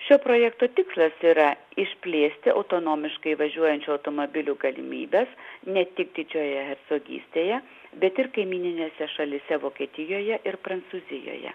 šio projekto tikslas yra išplėsti autonomiškai važiuojančio automobilio galimybes ne tik didžiojoje hercogystėje bet ir kaimyninėse šalyse vokietijoje ir prancūzijoje